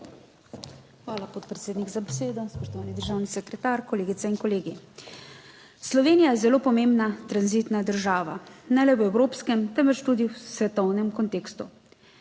Hvala, podpredsednik, za besedo. Spoštovani državni sekretar, kolegice in kolegi! Slovenija je zelo pomembna tranzitna država, ne le v evropskem, temveč tudi v svetovnem kontekstu.